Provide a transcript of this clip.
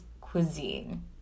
cuisine